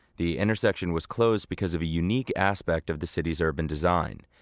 the intersection was closed because of a unique aspect of the city's urban design.